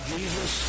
Jesus